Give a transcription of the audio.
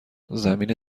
زمین